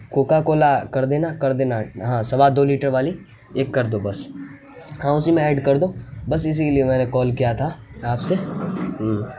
Coca Cola کر دینا کر دینا ہاں سوا دو لیٹر والی ایک کر دو بس ہاں اسی میں ایڈ کر دو بس اسی لیے میں نے کال کیا تھا آپ سے ہوں